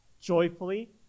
joyfully